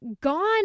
gone